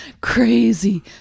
crazy